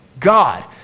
God